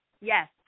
Yes